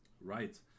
Right